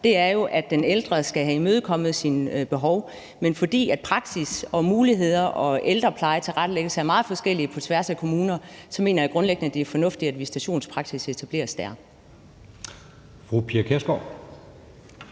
er jo, at den ældre skal have imødekommet sine behov. Men fordi praksis, muligheder og ældreplejetilrettelæggelse er meget forskellige på tværs af kommuner, mener jeg grundlæggende, det er fornuftigt, at visitationspraksis etableres dér.